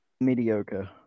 mediocre